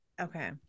Okay